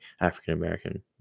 African-American